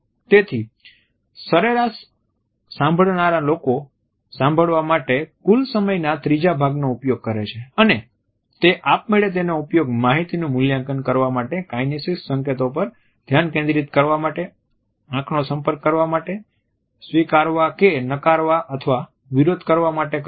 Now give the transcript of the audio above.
તેથી સરેરાશ સાંભળનારા લોકો સાંભળવા માટે કુલ સમયના ત્રીજા ભાગનો ઉપયોગ કરે છે અને તે આપમેળે તેનો ઉપયોગ માહિતીનું મૂલ્યાંકન કરવા માટે કાઈનેસીક્સ સંકેતો પર ધ્યાન કેન્દ્રિત કરવા માટે આંખોના સંપર્ક કરવા માટે સ્વીકારવા કે નકારવા અથવા વિરોધ કરવા માટે કરે છે